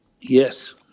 Yes